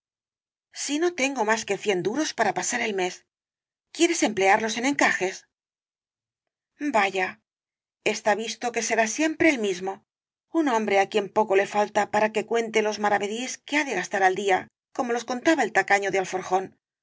si no tengo más que cien duros para pasar el mes quieres emplearlos en encajes vaya está visto que serás siempre el mismo un hombre á quien poco le falta para que cuente los maravedís que ha de gastar al día como los contaba el tacaño de